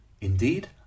Indeed